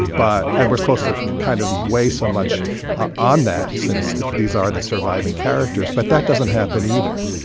but and we're supposed to kind of way so much ah on that since these are the surviving characters. but that doesn't happen either.